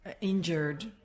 injured